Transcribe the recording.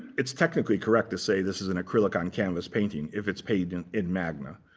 it's technically correct to say this is an acrylic on canvas painting if it's painted in in magna,